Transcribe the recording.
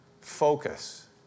focus